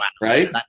right